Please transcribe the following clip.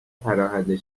پناهنده